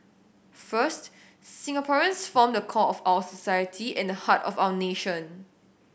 first Singaporeans form the core of our society and heart of our nation